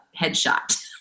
headshot